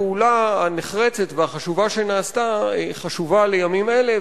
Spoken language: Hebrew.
הפעולה הנחרצת והחשובה שנעשתה היא חשובה לימים אלה,